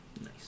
Nice